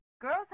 Girls